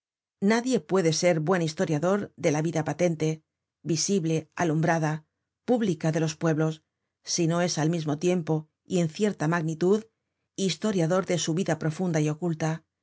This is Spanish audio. nadie puede ser buen historiador de la vida patente visible alumbrada pública de los pueblos si no es al mismo tiempo y en cierta magnitud historiador de su vida profunda y oculta